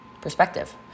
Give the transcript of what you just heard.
Perspective